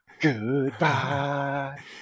goodbye